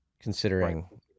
considering